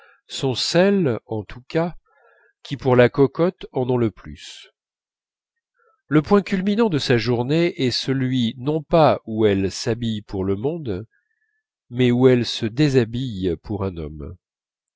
sont celles en tous cas qui pour la cocotte en ont le plus le point culminant de sa journée est celui non pas où elle s'habille pour le monde mais où elle se déshabille pour un homme